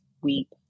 weep